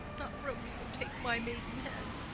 not romeo, take my maidenhead!